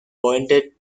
pointed